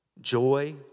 joy